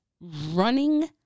running